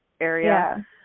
area